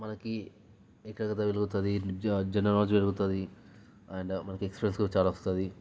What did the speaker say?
మనకి ఎక్కడకద వెలుగుతుంది నిజ్జా జనరల్ నాలెడ్జ్ పెరుగుతుంది అండ్ మనకి ఎక్స్పీరియన్స్ కూడా చాలా వస్తుంది